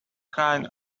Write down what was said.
kind